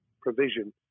provision